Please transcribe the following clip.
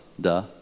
Duh